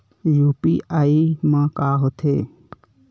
UPI मा का होथे?